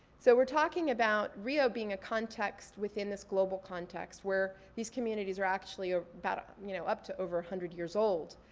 so we're talking about rio being a context within this global context where these communities are actually ah but you know up to over one hundred years old.